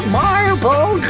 marble